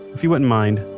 if you wouldn't mind,